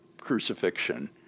crucifixion